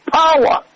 power